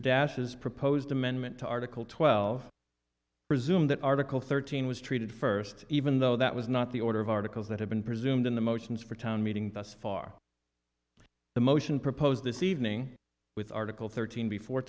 das has proposed amendment to article twelve presume that article thirteen was treated first even though that was not the order of articles that have been presumed in the motions for town meeting thus far the motion proposed this evening with article thirteen before